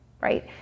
right